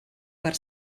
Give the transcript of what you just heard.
per